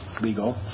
legal